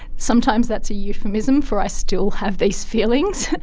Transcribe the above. sometimes that's a euphemism for i still have these feelings.